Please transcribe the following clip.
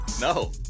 No